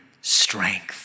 strength